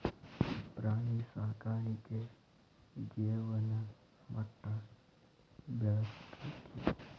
ಪ್ರಾಣಿ ಸಾಕಾಣಿಕೆ ಜೇವನ ಮಟ್ಟಾ ಬೆಳಸ್ತತಿ